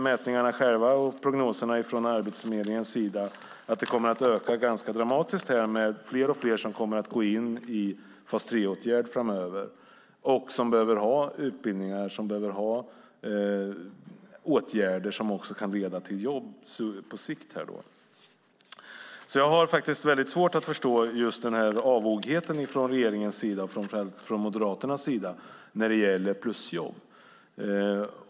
Mätningarna och prognoserna från Arbetsförmedlingens sida visar att det här kommer att öka ganska dramatiskt. Det är fler och fler som kommer att gå in i en fas 3-åtgärd framöver, som behöver ha utbildningar och som behöver åtgärder som kan leda till jobb på sikt. Jag har faktiskt svårt att förstå den här avogheten från regeringens sida, framför allt från Moderaternas sida, när det gäller plusjobb.